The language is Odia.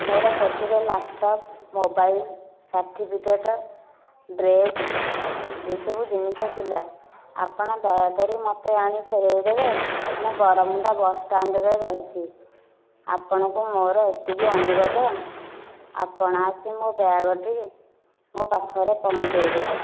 ମୋର ସେଥିରେ ଲ୍ୟାପଟପ୍ ମୋବାଇଲ ସାର୍ଠିଫିକେଟ୍ ଡ୍ରେସ୍ ଏସବୁ ଜିନିଷ ଥିଲା ଆପଣ ଦୟାକରି ମୋତେ ଆଣି ଫେରେଇ ଦେବେ ମୁଁ ବରମୁଣ୍ଡା ବସ ଷ୍ଟାଣ୍ଡରେ ରହିଛି ଆପଣଙ୍କୁ ମୋର ଏତିକି ଅନୁରୋଧ ଆପଣ ଆସି ମୋ ବ୍ୟାଗଟି ମୋ ପାଖରେ ପହଞ୍ଚାଇ ଦେବେ